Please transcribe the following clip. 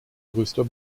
größter